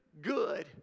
good